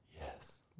Yes